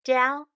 Down